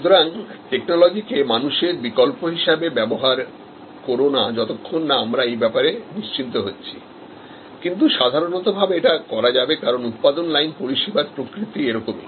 সুতরাং টেকনোলজিকে মানুষের বিকল্প হিসাবে ব্যবহার করো না যতক্ষণ না আমরা এ ব্যাপারে নিশ্চিত হচ্ছি কিন্তু সাধারণভাবে এটা করা যাবে কারণ উত্পাদন লাইন পরিষেবারপ্রকৃতিটি এরকমই